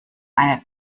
eine